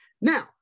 Now